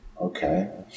okay